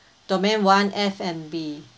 domain one F&B